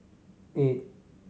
eight